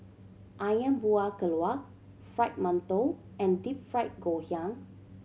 Ayam Buah Keluak Fried Mantou and Deep Fried Ngoh Hiang